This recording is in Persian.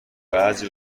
بعضی